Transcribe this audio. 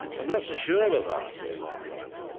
i'm not so sure about that, he remarked, drily.